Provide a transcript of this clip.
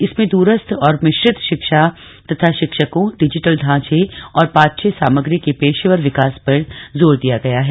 इसमें दूरस्थ और मिश्रित शिक्षा तथा शिक्षकों डिजिटल ढांचे और पाठ्य सामग्री के पेशेवर विकास पर जोर दिया गया है